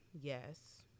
yes